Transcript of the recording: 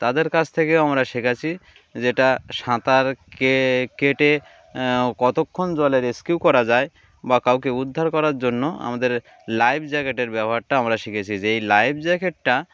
তাদের কাছ থেকেও আমরা শেখেছি যেটা সাঁতার কে কেটে কতক্ষণ জলে রেস্কিউ করা যায় বা কাউকে উদ্ধার করার জন্য আমাদের লাইফ জ্যাকেটের ব্যবহারটা আমরা শিখেছি যেই লাইফ জ্যাকেটটা